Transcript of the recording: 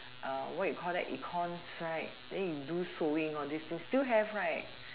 what you call that econ right then you do sewing all this this still have right